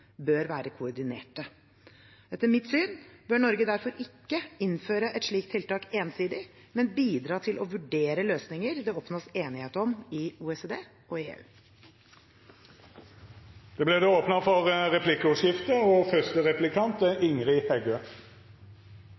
bør være koordinerte. Etter mitt syn bør Norge derfor ikke innføre et slikt tiltak ensidig, men bidra til å vurdere løsninger det oppnås enighet om i OECD og EU. Det vert replikkordskifte. Ei utvida land-for-land-rapportering er eitt av mange forslag som er